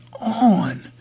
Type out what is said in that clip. on